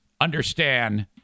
understand